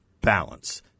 BALANCE